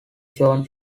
john